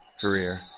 career